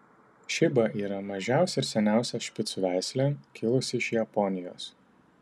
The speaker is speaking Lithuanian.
šiba yra mažiausia ir seniausia špicų veislė kilusi iš japonijos